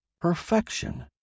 Perfection